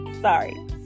sorry